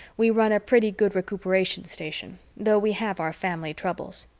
we run a pretty good recuperation station, though we have our family troubles.